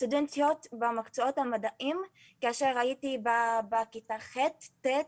סטודנטיות במקצועות המדעיים כשאני הייתי בכיתה ח' או ט'